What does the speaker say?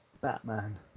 Batman